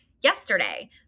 yesterday